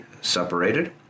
separated